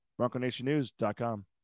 bronconationnews.com